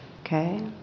okay